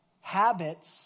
habits